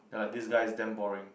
you're like this guy is damn boring